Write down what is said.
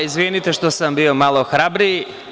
Izvinite što sam bio malo hrabriji.